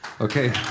Okay